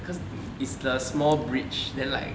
cause cause is the small bridge then like